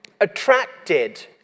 attracted